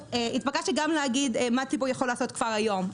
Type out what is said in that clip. התבקשתי גם להגיד מה הציבור יכול לעשות כבר היום,